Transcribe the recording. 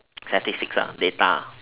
statistics lah data